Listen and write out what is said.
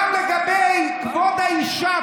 גם לגבי כבוד האישה.